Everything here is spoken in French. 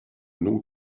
nom